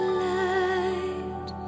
light